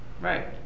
right